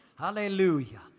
Hallelujah